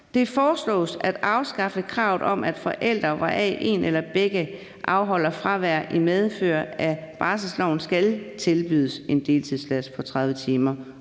»Det foreslås at afskaffe kravet om, at forældre, hvoraf en eller begge afholder fravær i medfør af barselsloven, skal tilbydes en deltidsplads på 30 timer